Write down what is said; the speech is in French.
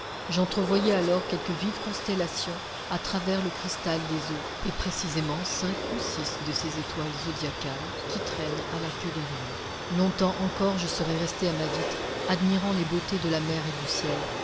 flots j'entrevoyais alors quelques vives constellations à travers le cristal des eaux et précisément cinq ou six de ces étoiles zodiacales qui traînent à la queue d'orion longtemps encore je serais resté à ma vitre admirant les beautés de la mer et du ciel